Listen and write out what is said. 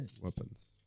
Weapons